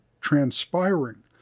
transpiring